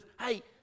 hey